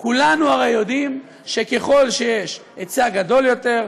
כולנו הרי יודעים שככל שיש היצע גדול יותר,